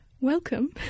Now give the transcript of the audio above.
welcome